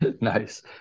Nice